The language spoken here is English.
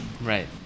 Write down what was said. right